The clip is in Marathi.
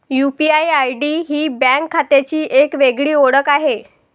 यू.पी.आय.आय.डी ही बँक खात्याची एक वेगळी ओळख आहे